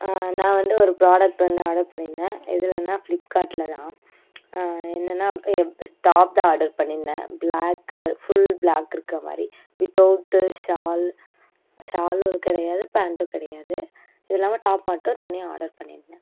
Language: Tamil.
நான் வந்து ஒரு ப்ராடக்ட் வந்து ஆர்டர் பண்ணிருந்தேன் எதுலேன்னா ஃப்ளிப்கார்ட்டில் தான் என்னென்னா டாப் தான் ஆர்டர் பண்ணிருந்தேன் ப்ளாக் கலர் ஃபுல் ப்ளாக் இருக்குற மாதிரி வித்தவுட்டு ஷால் ஷாலும் கிடையாது பேண்ட்டும் கிடையாது இது இல்லாமல் டாப் மட்டும் தனியாக ஆர்டர் பண்ணிருந்தேன்